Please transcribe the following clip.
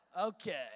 okay